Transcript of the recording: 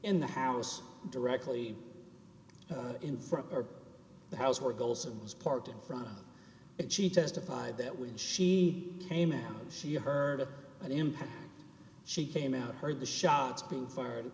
in the house directly in front of the house or goals and was parked in front of it she testified that when she came out she heard an impact she came out heard the shots being fired